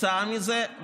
כתוצאה מזה,